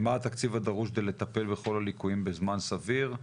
מה התקציב הדרוש כדי לטפל בכל הליקויים בזמן סביר,